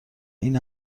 این